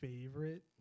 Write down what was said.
favorite